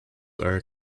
are